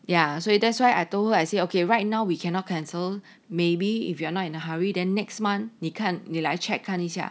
ya so that's why I told her I said okay right now we cannot cancel maybe if you are not in a hurry then next month 你看你来 check 看一下